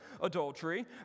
adultery